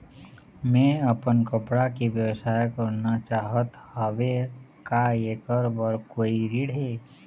मैं अपन कपड़ा के व्यवसाय करना चाहत हावे का ऐकर बर कोई ऋण हे?